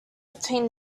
between